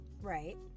right